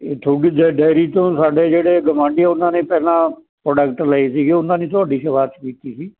ਇਹ ਤੁਹਾਡੀ ਡੈ ਡੈਰੀ ਤੋਂ ਸਾਡੇ ਜਿਹੜੇ ਗਵਾਂਢੀ ਉਹਨਾਂ ਨੇ ਪਹਿਲਾਂ ਪ੍ਰੋਡਕਟ ਲਏ ਸੀਗੇ ਉਹਨਾਂ ਨੇ ਤੁਹਾਡੀ ਸਿਫਾਰਸ਼ ਕੀਤੀ ਸੀ